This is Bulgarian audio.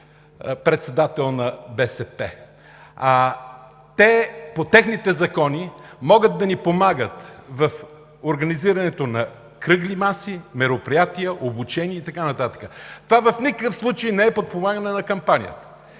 Председател на БСП, а те по техните закони могат да ни помагат в организирането на кръгли маси, мероприятия, обучение и така нататък. Това в никакъв случай не е подпомагане на кампанията.